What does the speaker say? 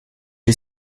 est